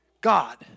God